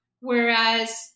Whereas